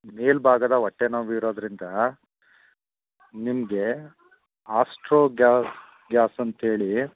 ಮೇಲುಭಾಗದ ಹೊಟ್ಟೆ ನೋವು ಇರೋದರಿಂದ ನಿಮಗೆ ಅಸ್ಟ್ರೋ ಗ್ಯಾಸ್ ಗ್ಯಾಸ್ ಅಂತ್ಹೇಳಿ